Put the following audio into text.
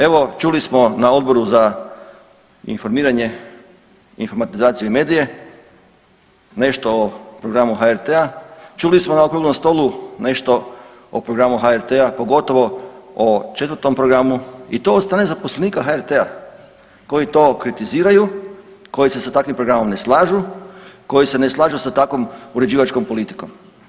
Evo čuli smo na Odboru za informiranje, informatizaciju i medije nešto o programu HRT-a, čuli smo na okruglom stolu nešto o programu HRT-a, pogotovo o Četvrtom programu i to od strane zaposlenika HRT-a koji to kritiziraju, koji se sa takvim programom ne slažu, koji se ne slažu sa takvom uređivačkom politikom.